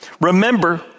Remember